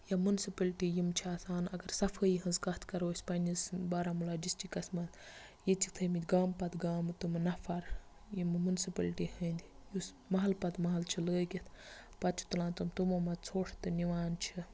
یا مُنسِپٕلٹی یِم چھِ آسان اَگر صَفٲیی ہٕنٛز کَتھ کَرو أسۍ پَننِس بارہملہ ڈِسٹرکَس مَنٛز ییٚتہِ چھِ تھٲومٕتۍ گامہٕ پَتہٕ گامہٕ تٕمہٕ نَفَر یِم مُنسِپٕلٹی ہٕنٛدۍ یُس محل پَتہٕ محلہٕ چھِ لٲگِتھ پَتہٕ چھِ تُلان تم تمو منٛز ژھۄٹھ تہٕ نِوان چھِ